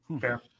Fair